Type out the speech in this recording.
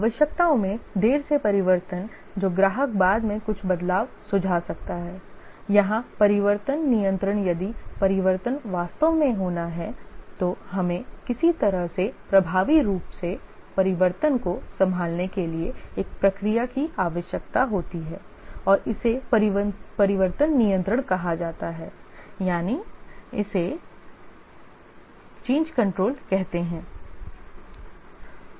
आवश्यकताओं में देर से परिवर्तन जो ग्राहक बाद में कुछ बदलाव सुझा सकता है यहाँ परिवर्तन नियंत्रण यदि परिवर्तन वास्तव में होना है तो हमें किसी तरह से प्रभावी रूप से परिवर्तन को संभालने के लिए एक प्रक्रिया की आवश्यकता होती है और इसे परिवर्तन नियंत्रण कहा जाता है